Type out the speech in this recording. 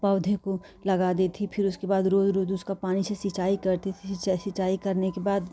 पौधे को लगा दी थी फ़िर उसके बाद रोज़ रोज़ उसका पानी से सिंचाई करती थी सिंचाई करने के बाद